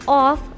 off